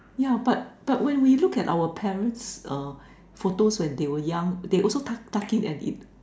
yeah but but when we look at our parents uh photos when they are young they also tuck in and eat